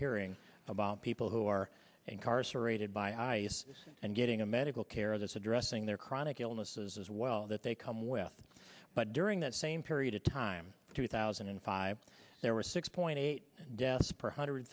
hearing about people who are incarcerated by ice and getting a medical care that's addressing their chronic illnesses as well that they come with but during that same period of time two thousand and five there were six point eight deaths per one hundred